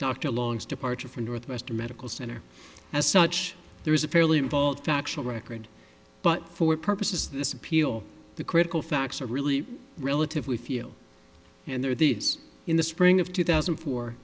dr long's departure from northwestern medical center as such there is a fairly involved factual record but for purposes of this appeal the critical facts are really relatively few and there are these in the spring of two thousand and four